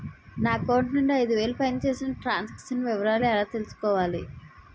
నా అకౌంట్ నుండి ఐదు వేలు పైన చేసిన త్రం సాంక్షన్ లో వివరాలు ఎలా తెలుసుకోవాలి?